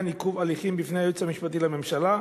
עיכוב הליכים בפני היועץ המשפטי לממשלה,